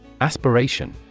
Aspiration